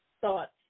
thoughts